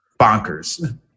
Bonkers